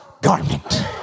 garment